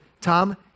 Tom